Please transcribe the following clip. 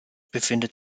befindet